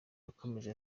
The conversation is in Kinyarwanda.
yakomeje